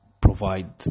provide